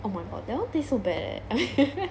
oh my god that one tastes so bad eh I